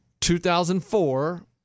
2004